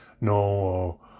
no